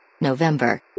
November